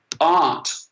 art